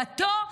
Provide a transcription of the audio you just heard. דתו,